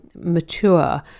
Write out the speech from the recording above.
mature